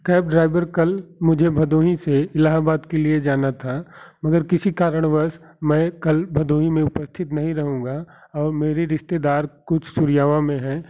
cab driver कल मुझे भदोही से इलाहाबाद के लिए जाना था मगर किसी कारणवश मैं कल भदोही में उपस्थित नहीं रहूँगा और मेरी रिश्तेदार कुछ सुरयावा में हैं